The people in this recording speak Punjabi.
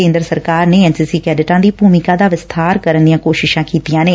ਕੇਂਦਰ ਸਰਕਾਰ ਨੇ ਐਨ ਸੀ ਸੀ ਕੈਡਿਟਾਂ ਦੀ ਭੁਮਿਕਾ ਦਾ ਵਿਸਬਾਰ ਕਰਨ ਦੀਆਂ ਕੋਸ਼ਿਸ਼ਾਂ ਕੀਤੀਆਂ ਨੇ